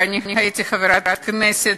ואני הייתי חברת כנסת,